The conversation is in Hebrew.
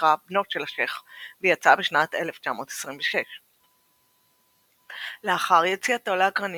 שנקרא "בנו של השייח" ויצא בשנת 1926. לאחר יציאתו לאקרנים